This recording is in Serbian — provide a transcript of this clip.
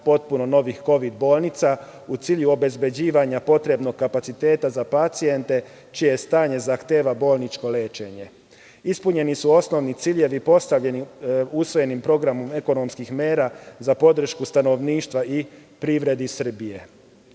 potpuno novih kovid bolnica, u cilju obezbeđivanja potrebnog kapaciteta za pacijente čije stanje zahteva bolničko lečenje. Ispunjeni su osnovni ciljevi postavljeni usvojenim programom ekonomskih mera za podršku stanovništva i privredi Srbije.